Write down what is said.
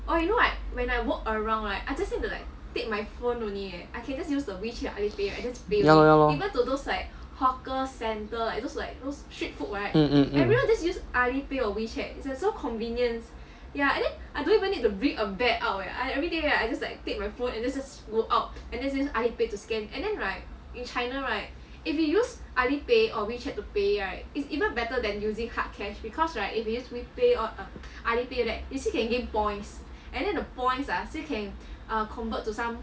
ya lor ya lor mm mm mm